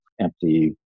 empty